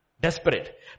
Desperate